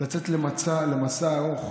לצאת למסע ארוך